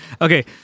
Okay